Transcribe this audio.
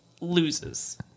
loses